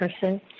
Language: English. person